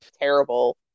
terrible